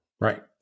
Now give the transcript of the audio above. Right